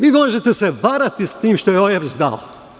Vi možete da se varate sa tim što je OEBS dao.